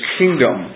kingdom